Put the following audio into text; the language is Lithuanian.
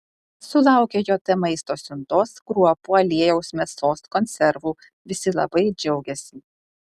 sulaukę jt maisto siuntos kruopų aliejaus mėsos konservų visi labai džiaugiasi